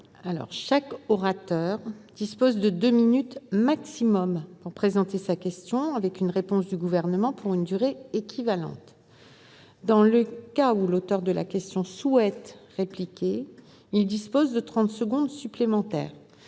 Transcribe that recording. que chaque orateur dispose de deux minutes au maximum pour présenter sa question et que le Gouvernement répond pour une durée équivalente. Dans le cas où l'auteur de la question souhaite répliquer, il dispose de trente secondes supplémentaires,